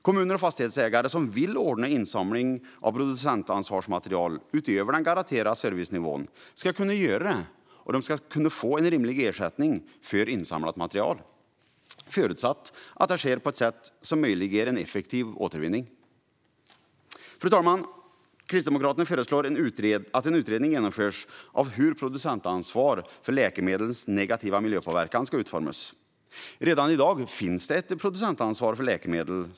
Kommuner och fastighetsägare som vill ordna insamling av producentansvarsmaterial utöver den garanterade servicenivån ska kunna göra det och få en rimlig ersättning för insamlat material, förutsatt att det sker på ett sätt som möjliggör effektiv återvinning. Fru talman! Kristdemokraterna föreslår att en utredning genomförs av hur ett producentansvar för läkemedlens negativa miljöpåverkan ska utformas. Redan i dag finns ett producentansvar för läkemedel.